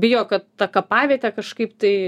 bijo kad ta kapavietė kažkaip tai